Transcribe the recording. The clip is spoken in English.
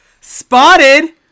Spotted